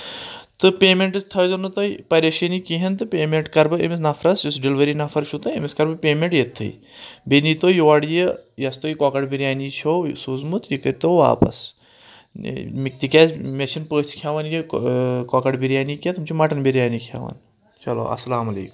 تہٕ پیمنٹٕس تھٲیزیٚو نہٕ تُہۍ پریشٲنی کِہیٖنۍ تہٕ پیمیٚنٹ کرٕ بہٕ أمِس نفرَس یُس ڈیٚلؤری نفر چھُو تۄہہِ أمِس کَرٕ بہٕ پیمیٚنٛٹ یتتھٕے بیٚیہِ نِتو یور یہِ یۄس تُہۍ کۄکر بِریانی چھو یہِ سوٗزمُت یہِ کٔرتو واپس تِکیٛازِ مےٚ چھِنہٕ پٔژھ کھیٚوان یہِ کۄکر بِریانی کینٛہہ تِم چھِ مٹن بِریانی کھیٚوان چلو السلام علیکُم